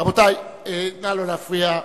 רבותי, אני יודע.